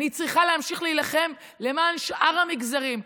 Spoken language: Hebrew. אני צריכה להמשיך להילחם למען שאר המגזרים,